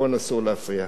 מקובל?